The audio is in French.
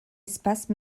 espaces